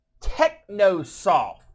Technosoft